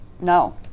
No